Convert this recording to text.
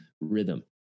rhythm